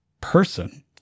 person